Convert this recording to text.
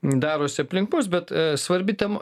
darosi aplink mus bet svarbi tema